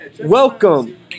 welcome